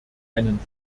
einen